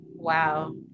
Wow